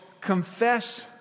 confess